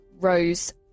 Rose